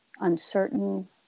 uncertain